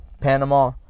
Panama